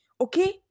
okay